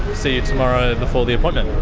see you tomorrow before the appointment.